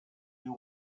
you